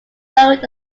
load